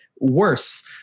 worse